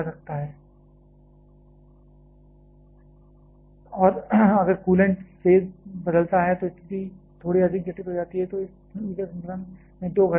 q m ∫ Cp dT और अगर coolant phase बदलता है तो स्थिति थोड़ी अधिक जटिल होती है तो इस ऊर्जा संतुलन में दो घटक होते हैं